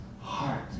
heart